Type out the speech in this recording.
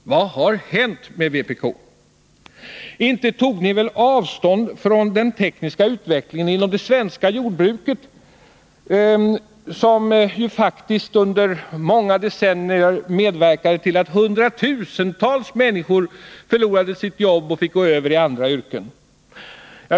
Vad har hänt med vpk? Inte tog ni väl avstånd från den tekniska utvecklingen inom det svenska jordbruket, som faktiskt under många decennier medverkade till att hundratusentals människor förlorade sina jobb och fick gå över till andra yrken!